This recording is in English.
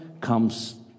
comes